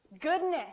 goodness